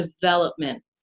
development